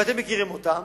ואתם מכירים אותם.